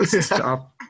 Stop